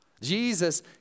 Jesus